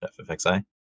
FFXI